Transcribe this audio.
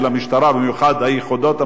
במיוחד היחידות המובחרות,